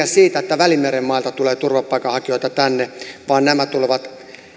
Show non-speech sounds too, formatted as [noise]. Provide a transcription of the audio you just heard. [unintelligible] siitä että välimeren mailta tulee turvapaikanhakijoita tänne vaan nämä tulevat